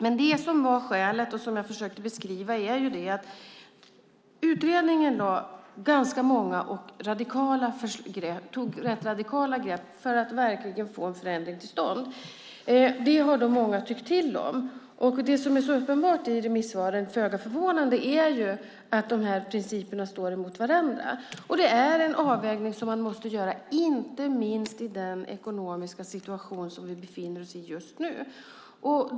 Men det som var skälet och som jag försökte beskriva är att utredningen tog rätt radikala grepp för att verkligen få en förändring till stånd. Det har många tyckt till om. Det som är uppenbart i remissvaren, föga förvånande, är att de här principerna står emot varandra. Det är en avvägning som man måste göra, inte minst i den ekonomiska situation som vi befinner oss i just nu.